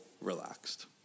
relaxed